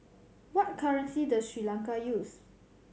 what currency does Sri Lanka use